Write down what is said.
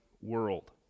world